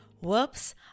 Whoops